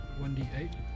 1d8